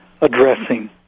addressing